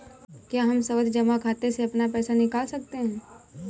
क्या हम सावधि जमा खाते से अपना पैसा निकाल सकते हैं?